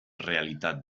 realitat